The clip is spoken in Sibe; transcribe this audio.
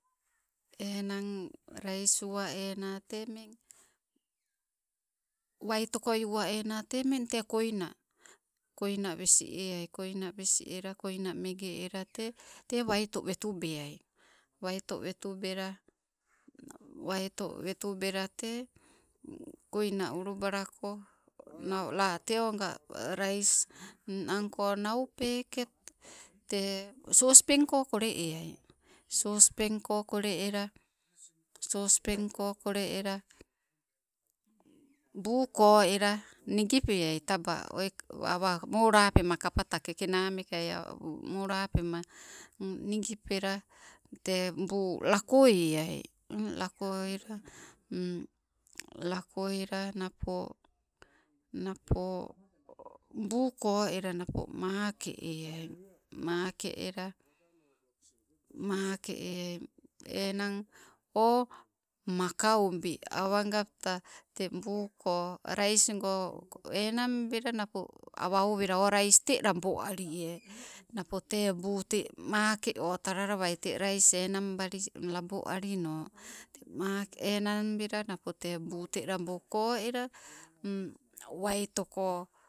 Enang rais uwa ana temeng, waitoko uwa ammo temeng, te koina mmeng wes- eaii we ela koi mege eai eng te waito wetubeai. Wetubela waito wetubeia. Wetubela waito wetubela koina ulu balako latee oga rais ninangko nau peket, te sospenko kolle eai. Sospenko kole ela, sospenko kole ela buu ko ela nigipeai taba awa molapema kapetaka kenamekai molapema, nigipela te bun lakoweai. Eng lakowela lako ela napo, napo buu koela napo make eaii. Make ela, make eai enan oh, maka ubii awagapta tee buu- ko rais go, enanbela napo owa owela o, rais te labo alie napo te buu te make otalalawai te rais enang bali labo ali no. Tee maake enang bela napo te buu te labo ko ela waitoko